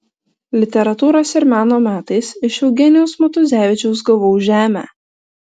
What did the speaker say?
literatūros ir meno metais iš eugenijaus matuzevičiaus gavau žemę